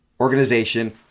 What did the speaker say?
organization